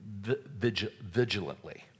vigilantly